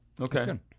Okay